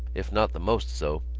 if not the most so.